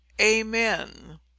Amen